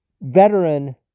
veteran